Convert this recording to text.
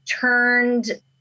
turned